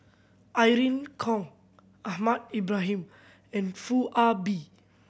Irene Khong Ahmad Ibrahim and Foo Ah Bee